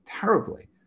terribly